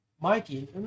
Mikey